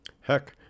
Heck